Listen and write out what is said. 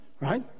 Right